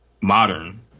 modern